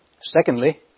Secondly